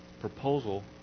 proposal